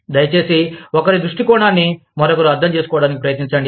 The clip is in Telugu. దయచేసి ఒకరి దృష్టికోణాన్ని మరొకరు అర్థం చేసుకోవడానికి ప్రయత్నించండి